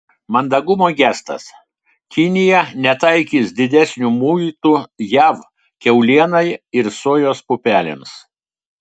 mandagumo gestas kinija netaikys didesnių muitų jav kiaulienai ir sojos pupelėms